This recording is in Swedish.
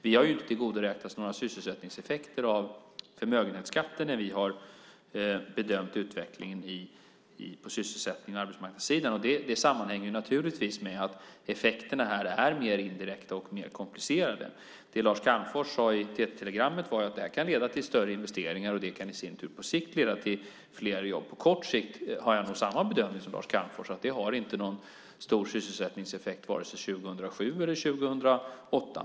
Vi har inte tillgodoräknat oss några sysselsättningseffekter av förmögenhetsskattens avskaffande när vi har bedömt utvecklingen på sysselsättnings och arbetsmarknadssidan. Det sammanhänger med att effekterna här är mer indirekta och mer komplicerade. Det Lars Calmfors sade i TT-telegrammet var att detta kan leda till större investeringar, och det kan i sin tur på sikt leda till fler jobb. På kort sikt gör jag nog samma bedömning som Lars Calmfors; det har inte någon stor sysselsättningseffekt vare sig 2007 eller 2008.